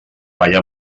balla